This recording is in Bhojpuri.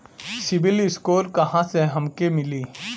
सिविल स्कोर कहाँसे हमके मिली?